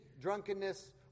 drunkenness